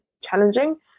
challenging